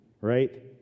right